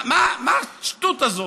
מה השטות הזאת?